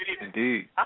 Indeed